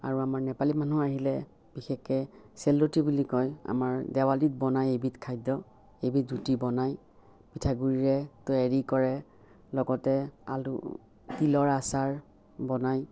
আৰু আমাৰ নেপালী মানুহ আহিলে বিশেষকৈ চেল ৰুটি বুলি কয় আমাৰ দেৱালীত বনায় এইবিধ খাদ্য় এইবিধ ৰুটি বনায় পিঠাগুড়িৰে তৈয়াৰী কৰে লগতে আলু তিলৰ আচাৰ বনায়